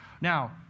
Now